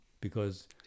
because-